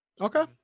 Okay